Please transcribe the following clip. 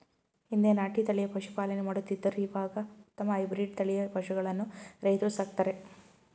ಹಿಂದೆ ನಾಟಿ ತಳಿಯ ಪಶುಪಾಲನೆ ಮಾಡುತ್ತಿದ್ದರು ಇವಾಗ ಉತ್ತಮ ಹೈಬ್ರಿಡ್ ತಳಿಯ ಪಶುಗಳನ್ನು ರೈತ್ರು ಸಾಕ್ತರೆ